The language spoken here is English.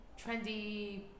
trendy